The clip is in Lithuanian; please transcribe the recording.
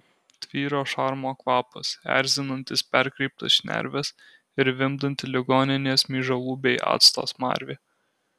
tvyro šarmo kvapas erzinantis perkreiptas šnerves ir vimdanti ligoninės myžalų bei acto smarvė